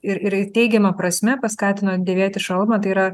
ir ir teigiama prasme paskatino dėvėti šalmą tai yra